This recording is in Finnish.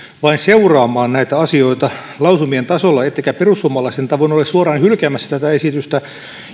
vain seuraamaan näitä asioita lausumien tasolla ettekä perussuomalaisten tavoin ole suoraan hylkäämässä tätä esitystä